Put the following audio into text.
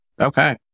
Okay